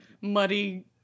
muddy